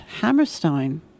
Hammerstein